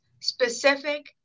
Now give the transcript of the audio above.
Specific